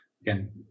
again